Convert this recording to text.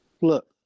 Look